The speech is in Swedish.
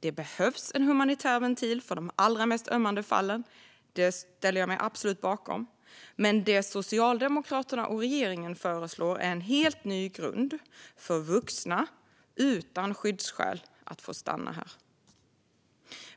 Det behövs en humanitär ventil för de allra mest ömmande fallen - det ställer jag mig absolut bakom - men det Socialdemokraterna och regeringen föreslår är en helt ny grund för vuxna utan skyddsskäl att få stanna här.